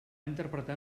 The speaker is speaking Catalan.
interpretar